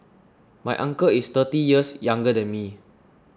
my uncle is thirty years younger than me